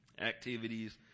activities